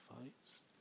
fights